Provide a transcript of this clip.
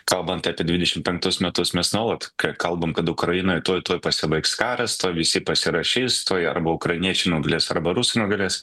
kalbant apie dvidešimt penktus metus mes nuolat kalbam kad ukrainoj tuoj tuoj pasibaigs karas tuoj visi pasirašys tuoj arba ukrainiečiai nugalės arba rusai nugalės